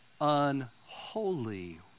unholy